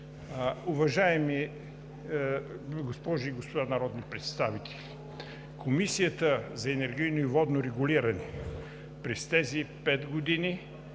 Уважаеми госпожи и господа народни представители, Комисията за енергийно и водно регулиране през тези пет години